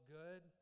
good